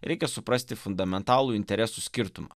reikia suprasti fundamentalų interesų skirtumą